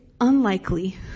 unlikely